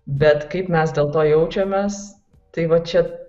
bet kaip mes dėl to jaučiamės tai va čia